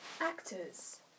actors